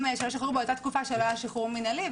שלא שוחררו באותה תקופה שלא היה שחרור מנהלי.